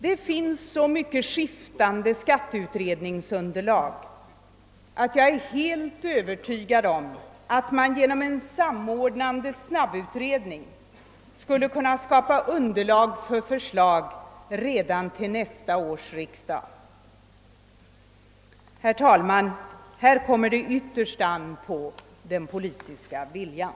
Det finns så mycket skiftande skatteutredningsmaterial, att jag är helt övertygad om att man genom en sam ordnande snabbutredning skulle kunna skapa underlag för ett förslag redan till nästa års riksdag. Herr talman! Här kommer det ytterst an på den politiska viljan.